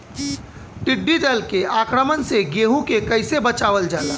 टिडी दल के आक्रमण से गेहूँ के कइसे बचावल जाला?